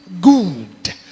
good